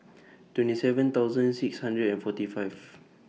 twenty seven thousand six hundred and forty five